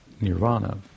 nirvana